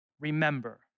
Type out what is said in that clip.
remember